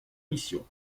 mission